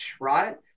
right